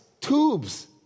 tubes